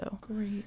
Great